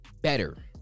better